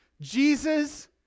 Jesus